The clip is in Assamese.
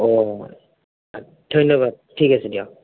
অঁ ধন্যবাদ ঠিক আছে দিয়ক